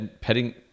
petting